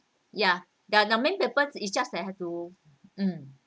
ya the main purpose it's just have to